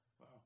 wow